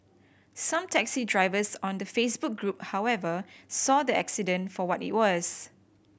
some taxi drivers on the Facebook group however saw the accident for what it was